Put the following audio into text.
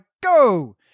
go